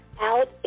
out